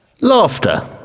Laughter